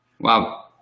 Wow